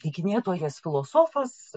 dykinėtojas filosofas